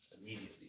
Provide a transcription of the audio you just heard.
Immediately